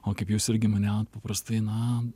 o kaip jūs irgi minėjot paprastai na